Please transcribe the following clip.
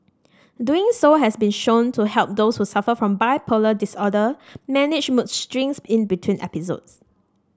doing so has been shown to help those who suffer from bipolar disorder manage mood swings in between episodes